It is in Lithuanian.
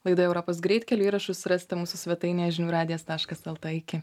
laidoje europos greitkeliu įrašus rasite mūsų svetainėje žinių radijas taškas lt iki